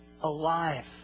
Alive